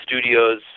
studios